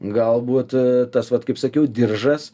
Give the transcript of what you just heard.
galbūt tas vat kaip sakiau diržas